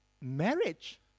marriage